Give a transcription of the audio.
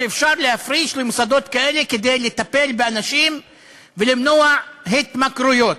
שאפשר להפריש למוסדות כאלה כדי לטפל באנשים ולמנוע התמכרויות.